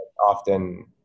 Often